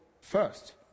first